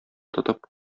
тотып